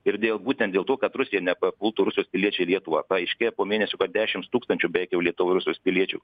ir dėl būtent dėl to kad rusija nepapultų rusijos piliečiai į lietuvą paaiškėja po mėnesio kad dešims tūkstančių beveik jau lietuvoj rusijos piliečių